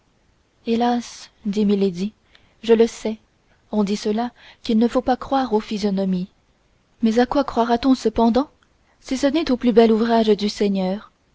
hélas dit milady je le sais on dit cela qu'il ne faut pas croire aux physionomies mais à quoi croira-t-on cependant si ce n'est au plus bel ouvrage du seigneur